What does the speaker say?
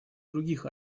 других